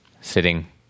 sitting